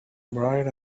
bright